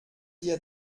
dir